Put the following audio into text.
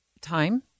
time